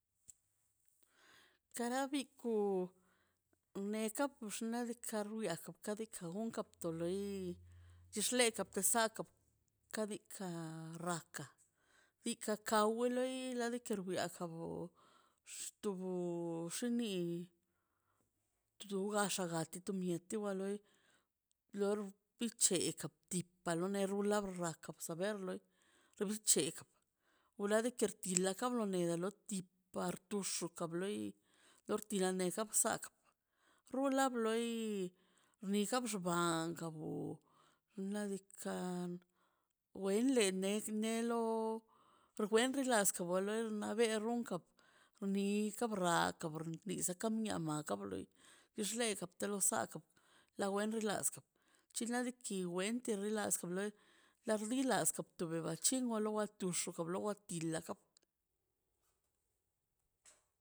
Kara bi ku neka bixkanika ruka kabika unka top loi tuxleka tislaka ka diikaꞌ ra ikaka wi loi lika rbiakobroi xtubo xinii tu gaxa to mieti ga loi lor bic̱he ki turmin bolone ba ruaka kap saber loi to lis c̱hekiab wlardi tob klar kabron no lido kap ti par tux ble loi lor tila lo nes tak rula bloi nika xban tabu ladikan wele nes le nelo wendi last karbran perunkan ni kabraka to lo nisa kabriakan ma do loi tix lega to lop saka la wenlo riaska chinate wen untere laska bloi lar li lasgta tobo lachingo le las tux lo la ti tekap